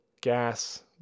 gas